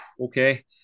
okay